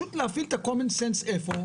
פשוט להפעיל את ה-common sense איפה?